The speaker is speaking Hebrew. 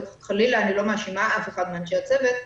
וחלילה אני לא מאשימה אף אחד מאנשי הצוות,